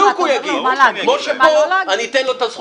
מה, אתה אומר לו מה להגיד?